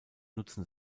nutzen